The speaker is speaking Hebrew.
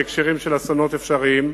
בהקשרים של אסונות אפשריים.